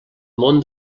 món